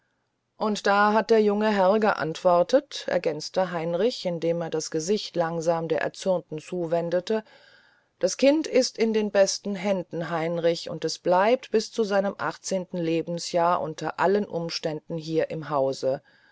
und da hat der junge herr geantwortet ergänzte heinrich indem er das gesicht langsam der erzürnten zuwendete das kind ist in den besten händen heinrich es bleibt bis zu seinem achtzehnten lebensjahre unter allen umständen hier im hause